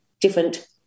different